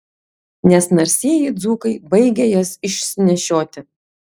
nes narsieji dzūkai baigia jas išsinešioti